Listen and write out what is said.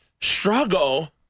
struggle